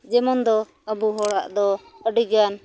ᱡᱮᱢᱚᱱ ᱫᱚ ᱟᱵᱚ ᱦᱚᱲᱟᱜ ᱫᱚ ᱟᱹᱰᱤ ᱜᱟᱱ